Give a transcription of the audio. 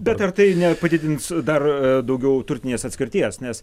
bet ar tai nepadidins dar daugiau turtinės atskirties nes